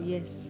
Yes